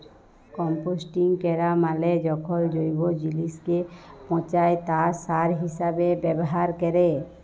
composting ক্যরা মালে যখল জৈব জিলিসকে পঁচায় তাকে সার হিসাবে ব্যাভার ক্যরে